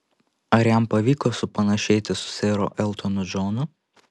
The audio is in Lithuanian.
ar jam pavyko supanašėti su seru eltonu džonu